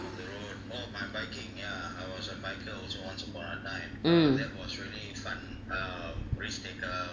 mm